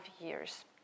years